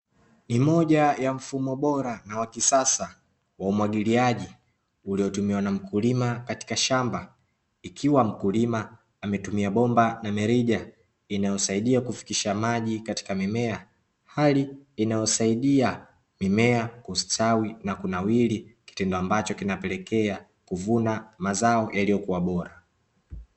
Mkulima ambaye anafanya kilimo cha mazao mengi ya kiwandani, ametengeneza hema kubwa ambalo amepumzika kwa muda baada ya kazi ya kutwa nzima